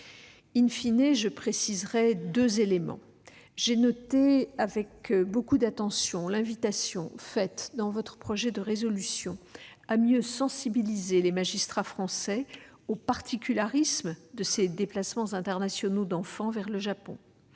Je souhaite préciser deux éléments. J'ai noté avec beaucoup d'attention l'invitation faite dans cette proposition de résolution à mieux sensibiliser les magistrats français aux particularismes de ces déplacements internationaux d'enfants vers le Japon.